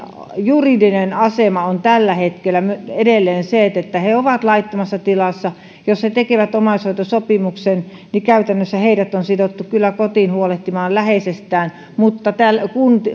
juridinen asema on tällä hetkellä edelleen se että he ovat laittomassa tilassa jos he tekevät omaishoitosopimuksen niin käytännössä heidät on sidottu kotiin huolehtimaan läheisestään mutta